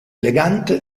elegante